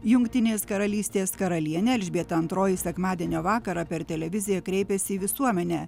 jungtinės karalystės karalienė elžbieta antroji sekmadienio vakarą per televiziją kreipėsi į visuomenę